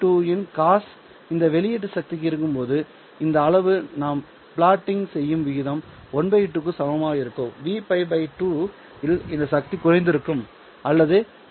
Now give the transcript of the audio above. π 2 இன் காஸ் இந்த வெளியீட்டு சக்தி இருக்கும்போது இந்த அளவு நாம் பிளாட்டிங் செய்யும் விகிதம் 12 க்கு சமமாக இருக்கும் Vπ 2 இல் இந்த சக்தி குறைந்திருக்கும் அல்லது இந்த விகிதம் 0